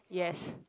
yes